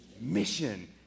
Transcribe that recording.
Mission